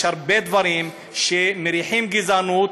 יש הרבה דברים שמריחים גזענות,